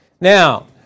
Now